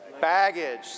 baggage